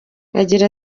agira